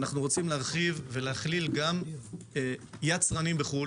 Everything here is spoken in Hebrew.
אנחנו רוצים להרחיב ולהכליל בתוכו גם את היצרנים בחו"ל,